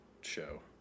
show